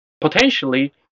potentially